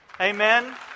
Amen